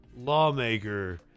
lawmaker